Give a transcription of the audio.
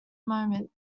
moment